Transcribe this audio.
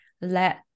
let